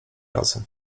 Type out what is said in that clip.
razy